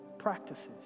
practices